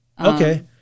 Okay